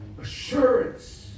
Assurance